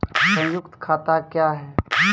संयुक्त खाता क्या हैं?